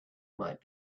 might